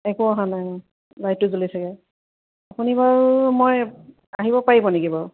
একো অহা নাই লাইটটো জ্বলি থাকে আপুনি বাৰু মই আহিব পাৰিব নেকি বাৰু